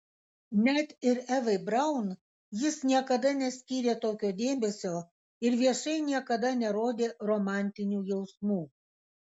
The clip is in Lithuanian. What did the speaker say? net ir evai braun jis niekada neskyrė tokio dėmesio ir viešai niekada nerodė romantinių jausmų